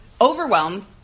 overwhelmed